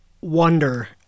wonder